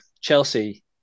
Chelsea